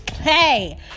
Hey